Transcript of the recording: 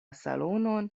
salonon